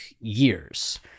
years